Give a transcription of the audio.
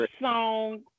song